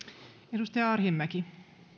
edustaja arhinmäki